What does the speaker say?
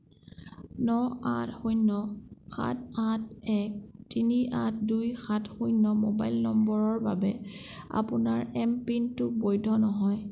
ন আঠ শূণ্য সাত আঠ এক তিনি আঠ দুই সাত শূণ্য মোবাইল নম্বৰৰ বাবে আপোনাৰ এমপিনটো বৈধ নহয়